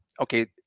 Okay